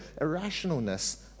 irrationalness